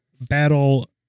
Battle